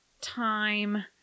time